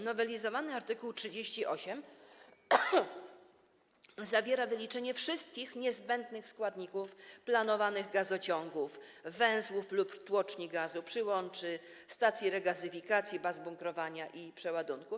Nowelizowany art. 38 zawiera wyliczenie wszystkich niezbędnych składników planowanych gazociągów, węzłów lub tłoczni gazu, przyłączy, stacji regazyfikacji, baz bunkrowania i przeładunku.